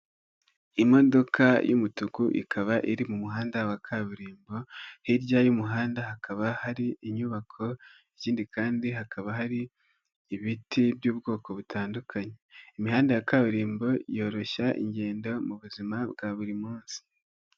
Imodoka y'umutuku ikaba iri mu muhanda wa kaburimbo, hirya y'umuhanda hakaba hari inyubako, ikindi kandi hakaba hari ibiti by'ubwoko butandukanye, imihanda ya kaburimbo yoroshya ingendo mu buzima bwa buri munsi.